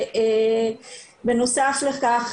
ובנוסף לכך,